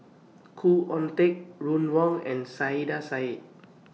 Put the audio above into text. Khoo Oon Teik Ron Wong and Saiedah Said